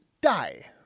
die